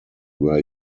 were